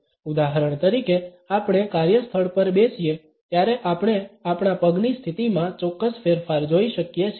ઉદાહરણ તરીકે આપણે કાર્યસ્થળ પર બેસીએ ત્યારે આપણે આપણા પગની સ્થિતિમાં ચોક્કસ ફેરફાર જોઈ શકીએ છીએ